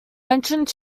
entrance